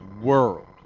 world